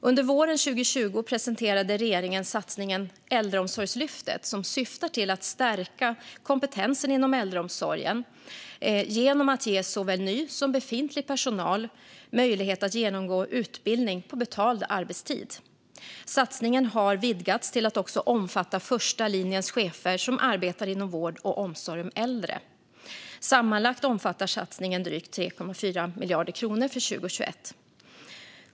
Under våren 2020 presenterade regeringen satsningen Äldreomsorgslyftet, som syftar till att stärka kompetensen inom äldreomsorgen genom att ge såväl ny som befintlig personal möjlighet att genomgå utbildning på betald arbetstid. Satsningen har vidgats till att också omfatta första linjens chefer som arbetar inom vård och omsorg om äldre. Sammanlagt omfattar satsningen drygt 3,4 miljarder kronor för 2021.